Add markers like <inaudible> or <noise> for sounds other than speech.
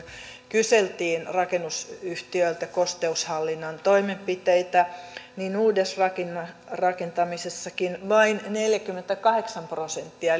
kyseltiin rakennusyhtiöiltä kosteushallinnan toimenpiteitä uudisrakentamisessakin vain neljäkymmentäkahdeksan prosenttia <unintelligible>